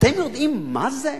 אתם יודעים מה זה?